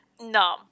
No